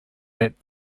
that